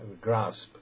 grasp